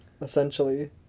Essentially